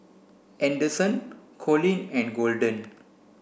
Anderson Coleen and Golden